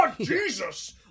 Jesus